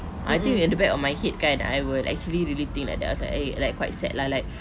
I think at the back of my head kan I will actually really think like then I was like eh like quite sad lah like